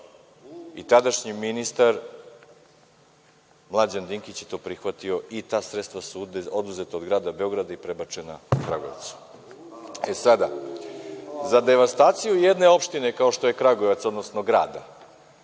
Tadašnji ministar, Mlađan Dinkić, je to prihvatio i ta sredstva su oduzeta od grada Beograda i prebačena Kragujevcu. Sada, za devastaciju jednog grada kao što je Kragujevac, nemoguće